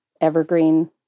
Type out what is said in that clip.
evergreen